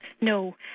No